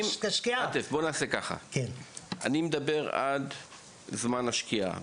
אני מדבר על פעילות הצלה עד שעת השקיעה,